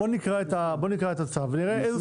בוא נקרא את הצו ונראה איזה